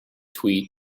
tweet